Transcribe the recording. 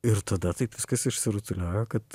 ir tada taip viskas išsirutuliojo kad